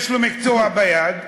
יש לו מקצוע ביד.